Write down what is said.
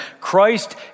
Christ